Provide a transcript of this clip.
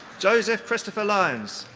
joseph christopher lyons.